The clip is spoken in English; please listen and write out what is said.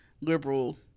liberal